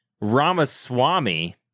Ramaswamy